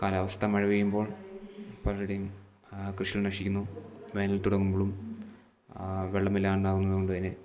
കാലാവസ്ഥ മഴ പെയ്യുമ്പോൾ പലരുടേയും കൃഷികൾ നശിക്കുന്നു വേനൽ തുടങ്ങുമ്പോഴും വെള്ളമില്ലാണ്ടാകുന്നതുകൊണ്ട് തന്നെ